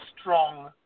strong